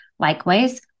Likewise